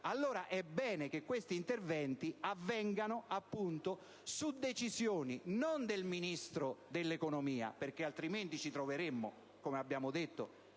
allora che questi interventi avvengano per decisione non del Ministro dell'economia (perché altrimenti ci troveremo - come abbiamo detto